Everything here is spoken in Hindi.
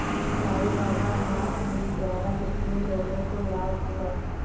साई बाबा न्यास निधि द्वारा कितने लोगों को लाभ हुआ?